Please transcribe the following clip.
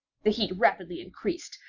the heat rapidly increased,